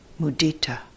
mudita